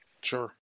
Sure